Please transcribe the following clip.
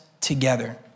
together